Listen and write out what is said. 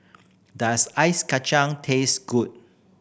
does ice kacang taste good